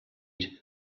and